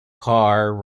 car